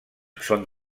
són